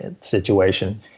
situation